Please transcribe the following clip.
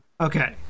Okay